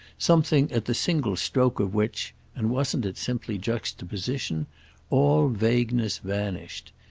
something at the single stroke of which and wasn't it simply juxtaposition all vagueness vanished.